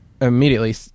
Immediately